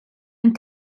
and